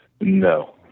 No